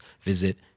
visit